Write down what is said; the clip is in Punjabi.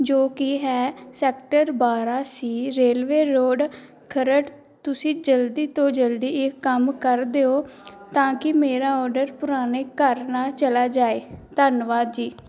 ਜੋ ਕਿ ਹੈ ਸੈਕਟਰ ਬਾਰਾਂ ਸੀ ਰੇਲਵੇ ਰੋਡ ਖਰੜ ਤੁਸੀਂ ਜਲਦੀ ਤੋਂ ਜਲਦੀ ਇਹ ਕੰਮ ਕਰ ਦਿਉ ਤਾਂ ਕਿ ਮੇਰਾ ਔਡਰ ਪੁਰਾਣੇ ਘਰ ਨਾ ਚਲਾ ਜਾਏ ਧੰਨਵਾਦ ਜੀ